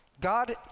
God